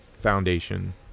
Foundation